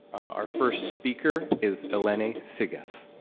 our first speaker is eleni tsigas.